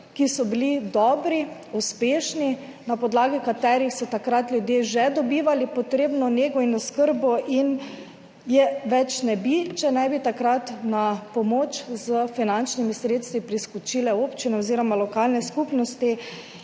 ki so bili dobri, uspešni, na podlagi katerih so takrat ljudje že dobivali potrebno nego in oskrbo in je več ne bi, če ne bi takrat na pomoč s finančnimi sredstvi priskočile občine oziroma lokalne skupnosti